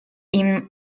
ihn